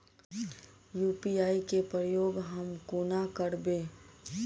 UPI केँ प्रयोग हम कोना करबे?